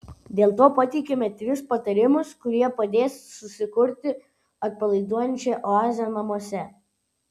dėl to pateikiame tris patarimus kurie padės susikurti atpalaiduojančią oazę namuose